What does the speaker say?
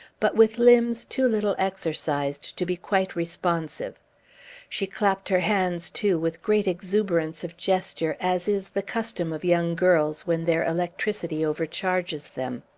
but with limbs too little exercised to be quite responsive she clapped her hands, too, with great exuberance of gesture, as is the custom of young girls when their electricity overcharges them.